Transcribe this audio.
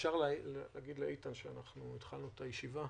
אפשר להגיד לאיתן שהתחלנו את הישיבה?